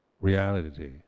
Reality